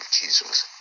jesus